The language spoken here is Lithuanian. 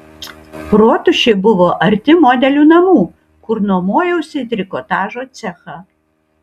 rotušė buvo arti modelių namų kur nuomojausi trikotažo cechą